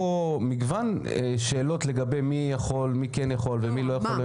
מגוון שאלות לגבי מי כן יכול ומי לא יכול.